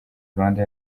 rwanda